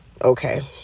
okay